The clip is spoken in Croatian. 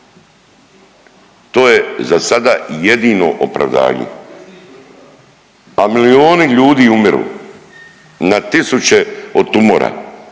To je za sada jedino opravdanje. A milijuni ljudi umiru na tisuće od tumora